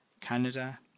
Canada